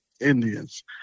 indians